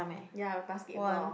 ya basketball